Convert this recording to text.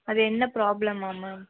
அது என்ன ப்ராப்ளம்மா மேம்